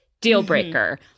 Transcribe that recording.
Deal-breaker